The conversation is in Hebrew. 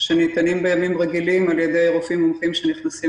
שניתנים בימים רגילים על ידי רופאים מומחים שנכנסים